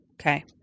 Okay